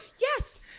Yes